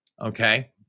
okay